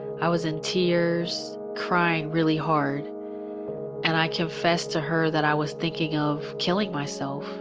i was in tears, crying really hard and i confessed to her that i was thinking of killing myself